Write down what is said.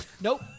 Nope